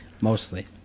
mostly